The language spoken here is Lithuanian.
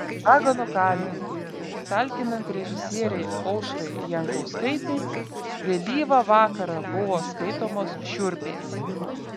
raganų kalne talkinant režisierei aušrai jankauskaitei vėlyvą vakarą buvo skaitomos šiurpės